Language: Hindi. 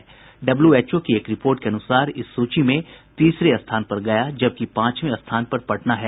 विश्व स्वास्थ्य संगठन की एक रिपोर्ट के अनुसार इस सूची में तीसरे स्थान पर गया जबकि पांचवें स्थान पर पटना है